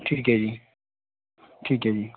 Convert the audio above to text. ਠੀਕ ਹੈ ਜੀ ਠੀਕ ਹੈ ਜੀ